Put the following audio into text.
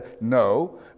no